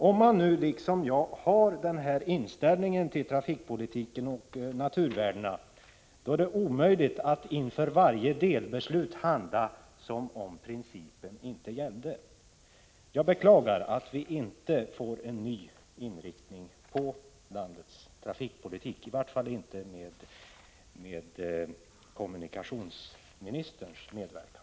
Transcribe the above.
Om man har den inställning till trafikpolitiken och naturvärdena som jag har är det omöjligt att inför varje delbeslut handla som om principen inte 45 gällde. Jag beklagar att vi inte får en ny inriktning på landets trafikpolitik, i vart fall inte med kommunikationsministerns medverkan.